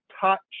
touch